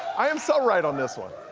i am so right on this one.